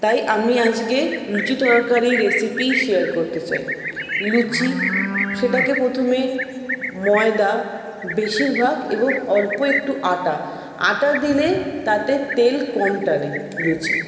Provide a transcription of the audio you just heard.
তাই আমি আজকে লুচি তরকারির রেসিপিই শেয়ার করতে চাই লুচি সেটাকে প্রথমে ময়দা বেশিরভাগ এবং অল্প একটু আটা আটা দিলে তাতে তেল কম টানে লুচি